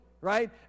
right